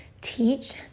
Teach